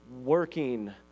working